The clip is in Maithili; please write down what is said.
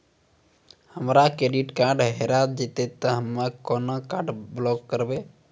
हमरो क्रेडिट कार्ड हेरा जेतै ते हम्मय केना कार्ड ब्लॉक करबै?